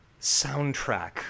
soundtrack